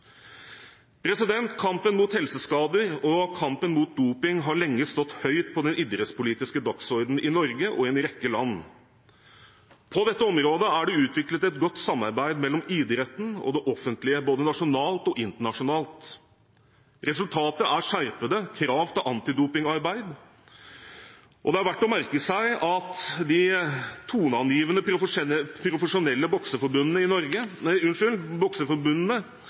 Kampen mot helseskader og kampen mot doping har lenge stått høyt på den idrettspolitiske dagsordenen i Norge og i en rekke andre land. På dette området er det utviklet et godt samarbeid mellom idretten og det offentlige, både nasjonalt og internasjonalt. Resultatet er skjerpede krav til antidopingarbeid, og det er verdt å merke seg at de toneangivende profesjonelle bokseforbundene i